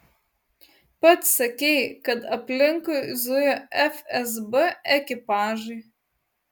pats sakei kad aplinkui zuja fsb ekipažai